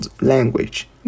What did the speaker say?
language